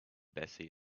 bessie